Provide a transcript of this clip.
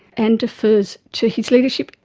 and defers to his leadership.